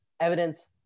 evidence